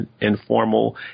informal